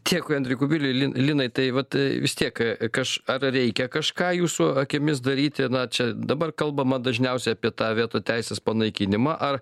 dėkui andriui kubiliui linai tai vat vis tiek kaž ar reikia kažką jūsų akimis daryti na čia dabar kalbama dažniausiai apie tą veto teisės panaikinimą ar